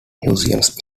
museums